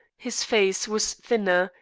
his face was thinner,